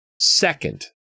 second